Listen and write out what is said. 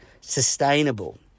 sustainable